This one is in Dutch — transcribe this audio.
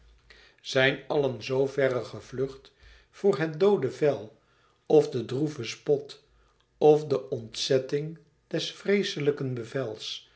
zijn allen zo verre gevlucht voor het doode vel of den droeven spot of de ontzetting des vreeslijken